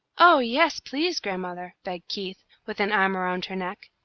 oh, yes, please, grandmother, begged keith, with an arm around her neck.